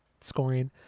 scoring